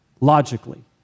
logically